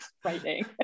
Frightening